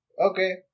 Okay